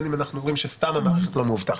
בין אם אנחנו אומרים שסתם המערכת לא מאובטחת.